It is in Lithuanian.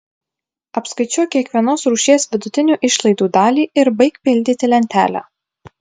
apskaičiuok kiekvienos rūšies vidutinių išlaidų dalį ir baik pildyti lentelę